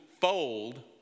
fold